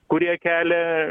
kurie kelia